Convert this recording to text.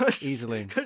easily